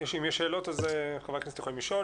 אם יש שאלות, אז חברי הכנסת יכולים לשאול.